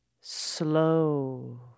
slow